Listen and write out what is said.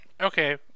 okay